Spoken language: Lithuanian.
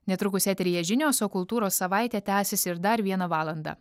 netrukus eteryje žinios o kultūros savaitė tęsis ir dar vieną valandą